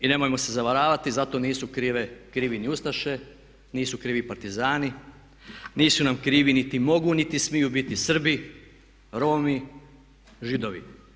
I nemojmo se zavaravati za to nisu krivi ni ustaše nisu krivi partizani, nisu nam krivi i niti mogu niti smiju biti Srbi, Romi, Židovi.